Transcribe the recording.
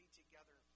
together